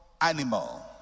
animal